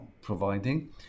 providing